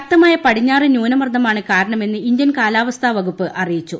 ശക്തമായ പടിഞ്ഞാറൻ ന്യൂനമർദ്ദമാണ് കാരണമെന്ന് ഇന്ത്യൻ കാലാവസ്ഥ വകുപ്പ് അറിയിച്ചു